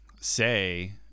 say